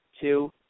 two